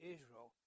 Israel